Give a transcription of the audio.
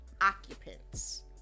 occupants